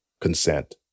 Consent